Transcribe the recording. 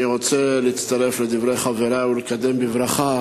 אני רוצה להצטרף לדברי חברי ולקדם בברכה